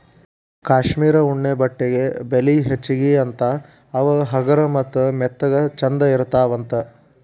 cashmere ಉಣ್ಣೆ ಬಟ್ಟೆಗೆ ಬೆಲಿ ಹೆಚಗಿ ಅಂತಾ ಅವ ಹಗರ ಮತ್ತ ಮೆತ್ತಗ ಚಂದ ಇರತಾವಂತ